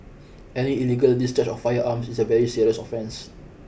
any illegal discharge of firearms is a very serious offence